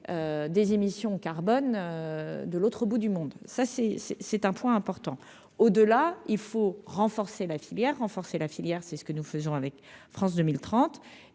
des émissions carbone, de l'autre bout du monde, ça c'est, c'est c'est un point important, au-delà il faut renforcer la filière renforcer la filière c'est ce que nous faisons avec France 2030